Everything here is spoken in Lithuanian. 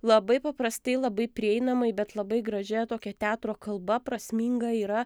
labai paprastai labai prieinamai bet labai gražia tokia teatro kalba prasminga yra